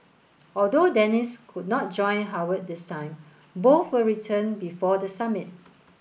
although Dennis could not join Howard this time both will return before the summit